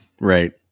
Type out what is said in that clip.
right